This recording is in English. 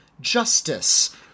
justice